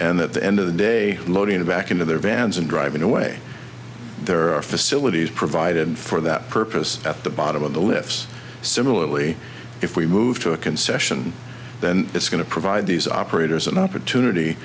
and at the end of the day loading back into their vans and driving away there are facilities provided for that purpose at the bottom of the lefse similarly if we move to a concession then it's going to provide these operators an opportunity